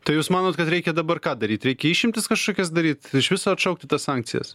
tai jūs manot kad reikia dabar ką daryt reikia išimtis kažkokias daryt iš viso atšaukti tas sankcijas